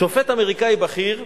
"שופט אמריקאי בכיר: